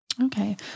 Okay